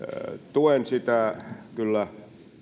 tuen sitä kyllä